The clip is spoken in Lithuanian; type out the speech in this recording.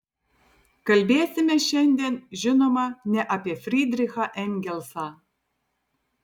kalbėsime šiandien žinoma ne apie frydrichą engelsą